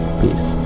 peace